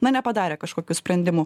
na nepadarė kažkokių sprendimų